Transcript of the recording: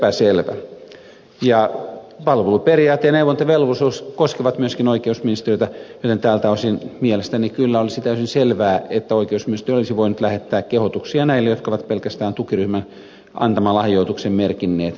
palveluperiaate ja neuvontavelvollisuus koskevat myöskin oikeusministeriötä joten tältä osin mielestäni kyllä olisi täysin selvää että oikeusministeriö olisi voinut lähettää kehotuksia näille jotka ovat pelkästään tukiryhmän antaman lahjoituksen merkinneet